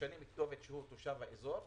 משנים כתובת ונרשמים כתושבי האזור,